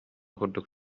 курдук